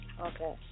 Okay